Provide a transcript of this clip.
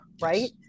right